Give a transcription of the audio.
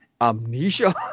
Amnesia